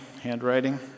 handwriting